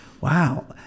Wow